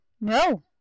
No